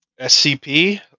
SCP